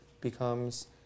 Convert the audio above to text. becomes